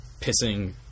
pissing